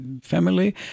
family